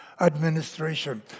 administration